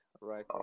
right